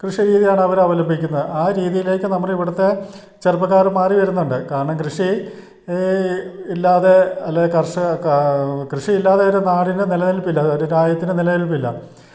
കൃഷി രീതിയാണവർ അവലമ്പിക്കുന്നത് ആ രീതിയിലേക്ക് നമ്മുടെ അവിടുത്തെ ചെറുപ്പക്കാർ മാറി വരുന്നുണ്ട് കാരണം കൃഷി ഇല്ലാതെ അല്ലെങ്കിൽ കർഷകർ കൃഷി ഇല്ലാതെ ഒരു നാടിനെ നിലനിൽപ്പില്ല ഒരു രാജ്യത്തിനു നിലനിൽപ്പില്ല